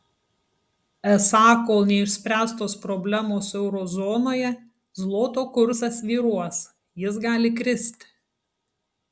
esą kol neišspręstos problemos euro zonoje zloto kursas svyruos jis gali kristi